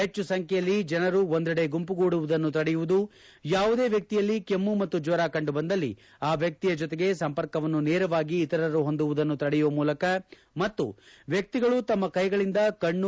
ಹೆಚ್ಚು ಸಂಚ್ಕೆಯಲ್ಲಿ ಜನರು ಒಂದೆಡೆ ಗುಂಪುಗೂಡುವುದನ್ನು ತಡೆಯುವುದು ಯಾವುದೇ ವ್ಯಕ್ತಿಯಲ್ಲಿ ಕೆಮ್ಮು ಮತ್ತು ಜ್ವರ ಕಂಡುಬಂದಲ್ಲಿ ಆ ವ್ಯಕ್ತಿಯ ಜೊತೆಗೆ ಸಂಪರ್ಕವನ್ನು ನೇರವಾಗಿ ಇತರರು ಹೊಂದುವುದನ್ನು ತಡೆಯುವ ಮೂಲಕ ಮತ್ತು ವ್ವಕ್ತಿಗಳು ತಮ್ಮ ಕೈಗಳಿಂದ ಕಣ್ಣು